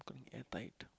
airtight